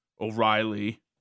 O'Reilly